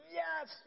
yes